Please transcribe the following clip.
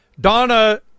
Donna